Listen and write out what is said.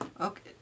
Okay